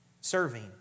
serving